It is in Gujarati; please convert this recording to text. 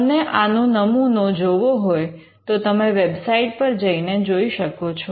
તમને આનો નમુનો જોવો હોય તો તમે વેબસાઇટ પર જઇને જોઈ શકો છો